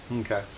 Okay